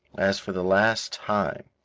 as for the last time,